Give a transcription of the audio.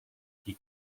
qui